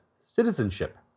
citizenship